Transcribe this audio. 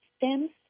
Stems